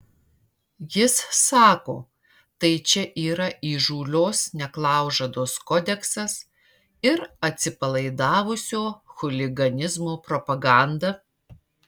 jis sako tai čia yra įžūlios neklaužados kodeksas ir atsipalaidavusio chuliganizmo propaganda